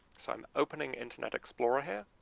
so i'm opening internet explorer here.